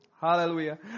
Hallelujah